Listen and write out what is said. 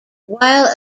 while